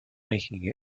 making